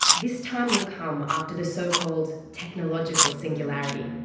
this time will come after the so-called technological singularity,